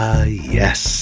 yes